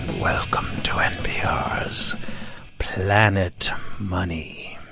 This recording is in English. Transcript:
welcome to npr's planet money.